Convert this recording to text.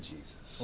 Jesus